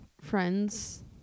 friends